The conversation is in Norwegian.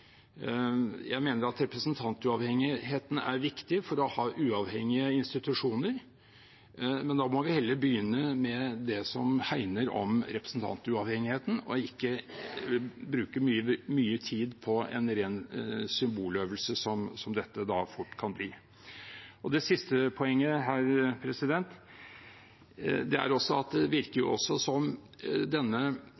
viktig for å ha uavhengige institusjoner, men da må vi heller begynne med det som hegner om representantuavhengigheten, og ikke bruke mye tid på en ren symboløvelse, som dette fort kan bli. Det siste poenget er en fremstilling der det virker som at